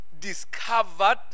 discovered